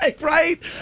right